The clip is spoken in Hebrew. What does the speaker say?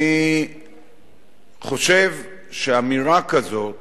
אני חושב שאמירה כזאת